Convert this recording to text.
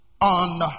on